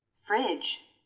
fridge